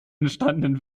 entstandenen